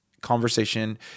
Conversation